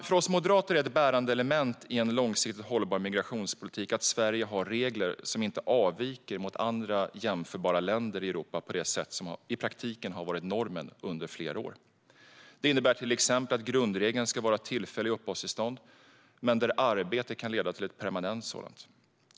För oss moderater är ett bärande element i en långsiktigt hållbar migrationspolitik att Sverige har regler som inte avviker från andra jämförbara länder i Europa på det sätt som i praktiken varit normen under flera år. Det innebär till exempel att grundregeln ska vara tillfälliga uppehållstillstånd men att arbete kan leda till ett permanent sådant.